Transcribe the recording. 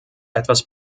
etwas